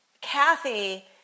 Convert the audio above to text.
Kathy